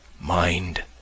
mind